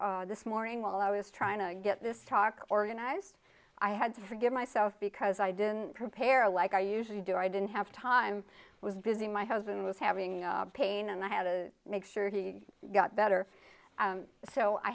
ourselves this morning while i was trying to get this talk organized i had to forgive myself because i didn't prepare like i usually do i didn't have time was busy my husband was having pain and i had to make sure he got better so i